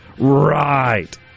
Right